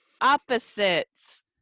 opposites